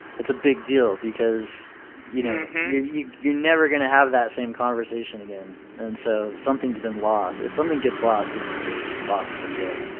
it's a big deal, because you know you're never going to have that same conversation again, and so something has been lost. if something gets lost, it's it's lost for good.